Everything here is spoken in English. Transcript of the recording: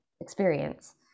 experience